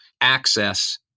access